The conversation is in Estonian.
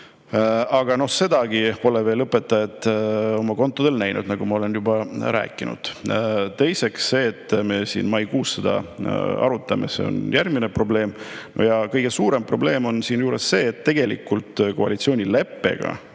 Aga sedagi raha pole õpetajad veel oma kontodel näinud, nagu ma juba ütlesin. Teiseks, see, et me siin maikuus seda arutame, on järgmine probleem. Kõige suurem probleem on siinjuures see, et tegelikult koalitsioonileppega